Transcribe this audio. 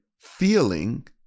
feeling